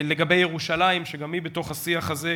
לגבי ירושלים, שגם היא בתוך השיח הזה,